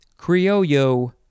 criollo